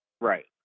right